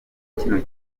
kino